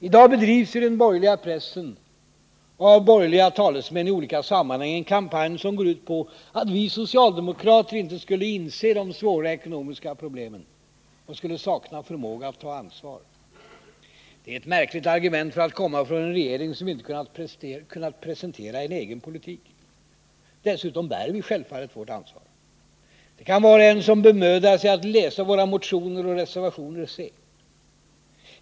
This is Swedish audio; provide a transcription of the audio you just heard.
I dag bedrivs i den borgerliga pressen och av borgerliga talesmän i olika sammanhang en kampanj som går ut på att vi socialdemokrater inte inser de svåra ekonomiska problemen och saknar förmåga att ta ansvar. Det är ett märkligt argument för att komma från en regering som inte kunnat presentera en egen politik. Dessutom bär vi självfallet vårt ansvar, det kan var och en se som bemödar sig att läsa våra motioner och reservationer.